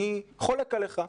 אני חולק עליך,